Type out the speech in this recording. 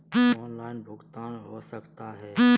Online भुगतान हो सकता है?